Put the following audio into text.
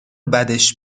بدش